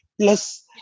Plus